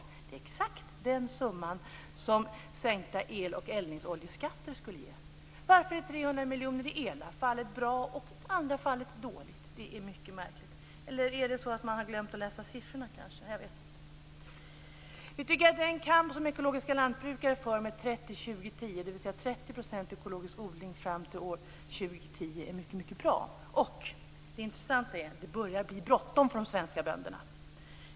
Det är exakt den summa som sänkta el och eldningsoljeskatter skulle ge. Varför är 300 miljoner bra i det ena fallet och dåligt i det andra fallet? Det är mycket märkligt. Eller är det så att man har glömt att läsa siffrorna kanske? Jag vet inte. Vi tycker att den kamp som ekologiska lantbrukare för med 30, 20, 10, dvs. 30 % ekologisk odling fram till år 2010, är mycket bra. Det intressanta är att det börjar bli bråttom för de svenska bönderna.